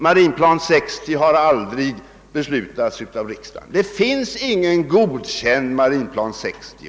Marinplan 60 har aldrig beslutats av riksdagen. Det finns ingen godkänd Marinplan 60.